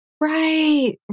Right